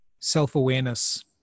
self-awareness